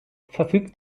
verfügt